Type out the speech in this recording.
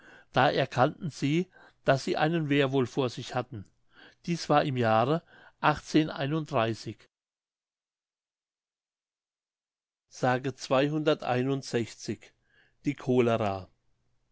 da erkannten sie daß sie einen währwolf vor sich hatten dies war im jahre mündlich die cholera